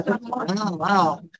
Wow